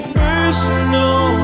personal